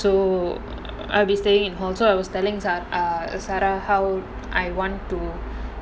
so I'll be staying in hall so I was telling sara how I want to